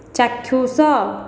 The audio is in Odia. ଚାକ୍ଷୁଷ